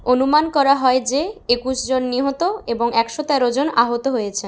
অনুমান করা হয় যে একুশ জন নিহত এবং একশো তেরো জন আহত হয়েছেন